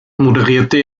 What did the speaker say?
moderierte